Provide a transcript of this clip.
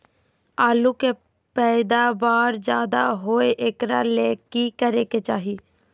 आलु के पैदावार ज्यादा होय एकरा ले की करे के चाही?